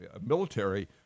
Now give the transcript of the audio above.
military